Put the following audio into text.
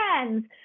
friends